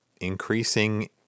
increasing